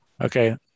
Okay